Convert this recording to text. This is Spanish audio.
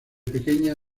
pequeña